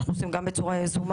אנחנו עושים גם בצורה יזומה,